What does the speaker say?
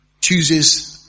chooses